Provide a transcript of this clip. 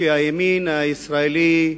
שהימין הישראלי,